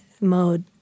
mode